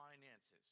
finances